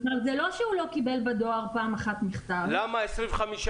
כלומר זה לא שהוא לא קיבל בדואר פעם אחת מכתב --- למה 25%?